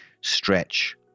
stretch